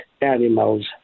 animals